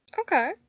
Okay